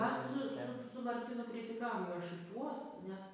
mes su su su martynu kritikavom jo šituos nes